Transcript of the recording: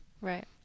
Right